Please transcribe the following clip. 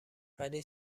ولی